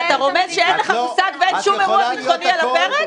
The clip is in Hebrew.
אתה רומז שאין לך מושג ואין שום אירוע ביטחוני על הפרק?